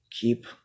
Keep